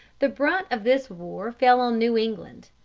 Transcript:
the brunt of this war fell on new england.